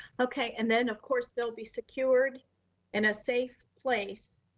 okay. and then of course there'll be secured in a safe place.